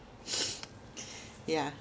yeah